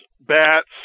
bats